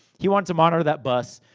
he wanted to monitor that bus.